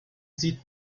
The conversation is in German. sieht